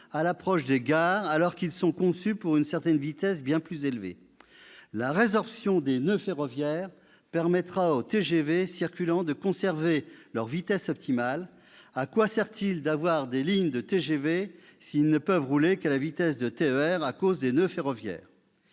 à l'approche des gares, alors qu'ils sont conçus pour rouler à une vitesse bien plus élevée. La résorption des noeuds ferroviaires permettra aux TGV circulant de conserver leur vitesse optimale. À quoi sert-il d'avoir construit des lignes spécifiques si les TGV sont obligés d'y rouler à la vitesse de TER à cause des noeuds ferroviaires ?